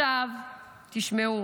תשמעו,